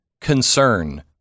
concern